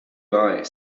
bye